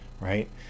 right